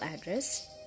address